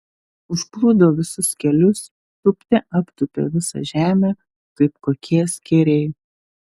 užplūdo visus kelius tūpte aptūpė visą žemę kaip kokie skėriai